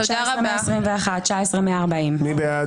18,461 עד 18,480. מי בעד?